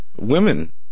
Women